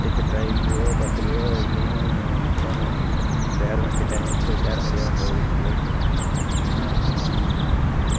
ticket ரயில்லையோ பஸ்ஸுலையோ எங்கேயும் சோனு சேர வேண்டிய டைமுக்கு போய் சேர முடியாம போயிருது அப்புறம்